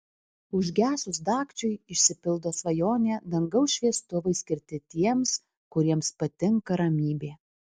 užgesus dagčiui išsipildo svajonė dangaus šviestuvai skirti tiems kuriems patinka ramybė